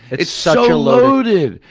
it's so loaded,